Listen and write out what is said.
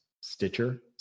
Stitcher